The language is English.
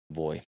voi